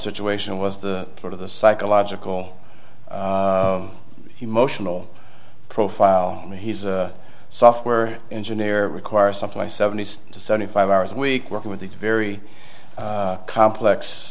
situation was the sort of the psychological emotional profile he's a software engineer require something i seventy to seventy five hours a week working with these very complex